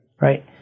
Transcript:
right